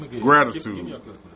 gratitude